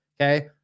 okay